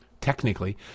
Technically